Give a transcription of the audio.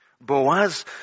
Boaz